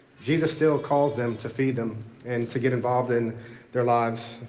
jesus still called them to feed them and to get involved in their lives.